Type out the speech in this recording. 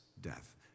death